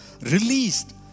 Released